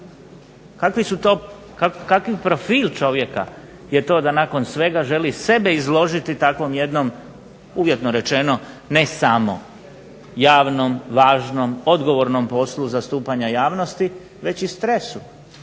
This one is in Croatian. kakvi profil čovjeka je to da nakon svega želi sebe izložiti takvom jednom, uvjetno rečeno, ne samo javnom, važnom, odgovornom poslu zastupanja javnosti već i stresu,